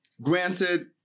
granted